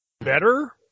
better